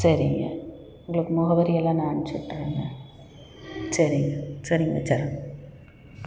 சரிங்க உங்களுக்கு முகவரியெல்லாம் நான் அனுப்ச்சிவிட்றேங்க சரிங்க சரிங்க வச்சிறேங்க